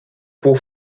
pour